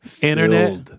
internet